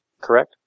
correct